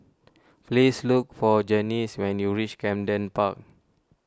please look for Janyce when you reach Camden Park